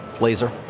Laser